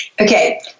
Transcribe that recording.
Okay